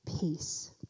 Peace